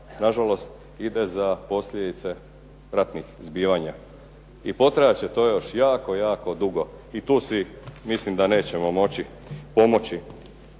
nažalost ide za posljedice ratnih zbivanja i potrajat će to još jako, jako dugo. I tu si mislim da nećemo moći pomoći.